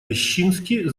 рищински